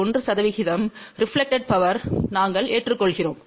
1 reflected பவர்யை நாங்கள் ஏற்றுக்கொள்கிறோம்